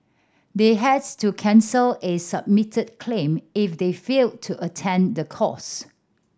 they has to cancel a submitted claim if they failed to attend the course